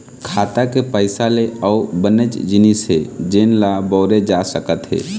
खाता के पइसा ले अउ बनेच जिनिस हे जेन ल बउरे जा सकत हे